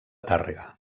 tàrrega